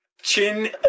Chin